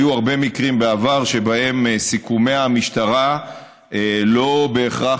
היו הרבה מקרים בעבר שבהם סיכומי המשטרה לא בהכרח